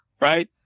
right